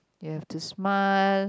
you have to smile